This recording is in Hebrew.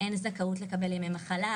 אין זכאות לקבל ימי מחלה,